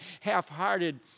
half-hearted